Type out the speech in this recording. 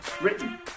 Written